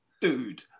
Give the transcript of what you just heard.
Dude